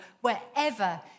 wherever